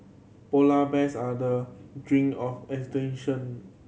polar bears are the drink of extinction